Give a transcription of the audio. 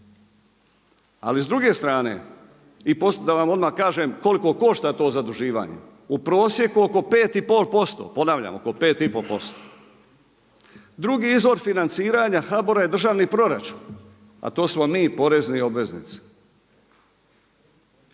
Ali s druge strane i da vam odmah kažem koliko košta to zaduživanje. U prosjeku oko 5 i pol posto, ponavljam oko 5 i pol posto. Drugi izvor financiranja HBOR-a je državni proračun, a to smo mi porezni obveznici.